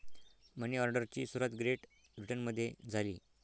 मनी ऑर्डरची सुरुवात ग्रेट ब्रिटनमध्ये झाली